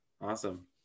awesome